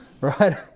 Right